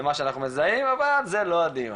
למה שאני מזהים, אבל זה לא הדיון.